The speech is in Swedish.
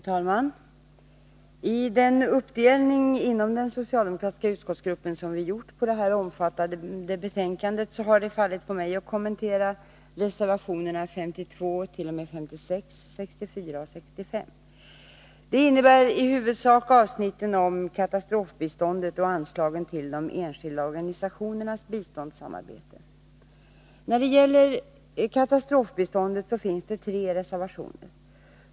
Herr talman! I den uppdelning inom den socialdemokratiska utskottsgruppen som vi gjort av detta omfattande betänkande har det fallit på mig att kommentera reservationerna 52-56, 64 och 65. Det innebär i huvudsak När det gäller katastrofbiståndet finns det tre reservationer.